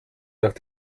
nach